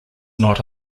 not